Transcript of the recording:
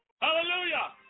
Hallelujah